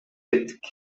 кеттик